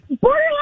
Borderline